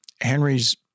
Henry's